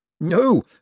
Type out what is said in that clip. No